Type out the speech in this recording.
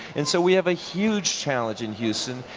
and so we have a huge challenge in houston.